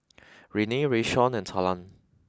Renae Rayshawn and Talan